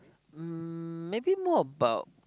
um maybe more about